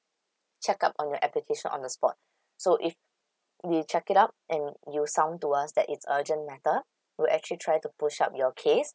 check up on your application on the spot so if we check it out and you sound to us that it's urgent matter we'll actually try to push up your case